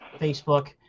Facebook